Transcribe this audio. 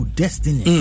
destiny